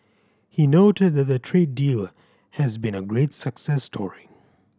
he noted that the trade deal has been a great success story